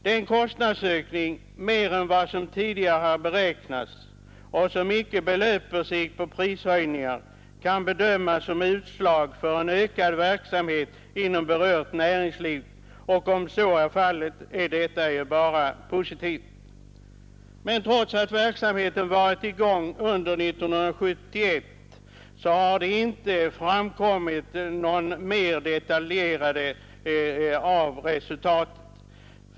Den större kostnadsökning — än vad som tidigare beräknats — vilken icke hänför sig till prishöjningar kan bedömas som ett utslag av en ökad verksamhet inom berört näringsliv, och om så är fallet är detta bara positivt. Men trots att verksamheten varit i gång under 1971 har det inte framlagts någon mer detaljerad redovisning av resultaten.